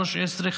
2013,